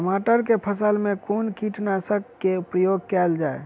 टमाटर केँ फसल मे कुन कीटनासक केँ प्रयोग कैल जाय?